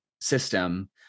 system